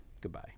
goodbye